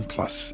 Plus